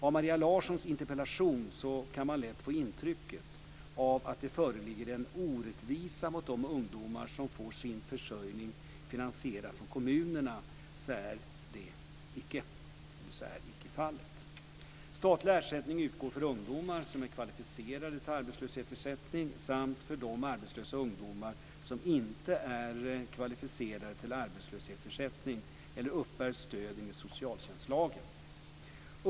Av Maria Larssons interpellation kan man lätt få intrycket av att det föreligger en orättvisa mot de ungdomar som får sin försörjning finansierad från kommunerna. Så är icke fallet. Statlig ersättning utgår för ungdomar som är kvalificerade till arbetslöshetsersättning samt för de arbetslösa ungdomar som inte är kvalificerade till arbetslöshetsersättning eller uppbär stöd enligt socialtjänstlagen.